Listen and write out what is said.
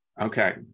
Okay